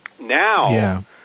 Now